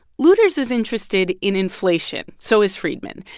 luders is interested in inflation. so is friedman.